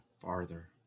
farther